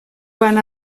van